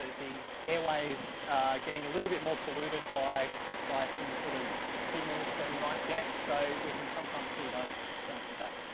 the airways are getting a little bit more polluted by by some sort of signals that we might get, so we can sometimes see those bouncing back.